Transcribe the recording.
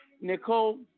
Nicole